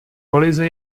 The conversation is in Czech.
kolize